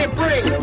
bring